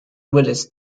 willis